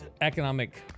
economic